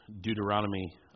Deuteronomy